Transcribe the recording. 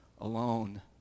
alone